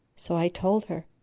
so i told her.